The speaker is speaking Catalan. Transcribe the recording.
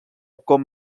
com